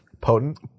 potent